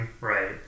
right